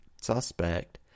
suspect